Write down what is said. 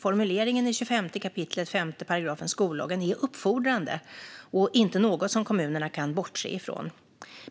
Formuleringen i 25 kap. 5 § skollagen är uppfordrande och inte något som kommunerna kan bortse från.